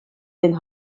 den